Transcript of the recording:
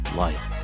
life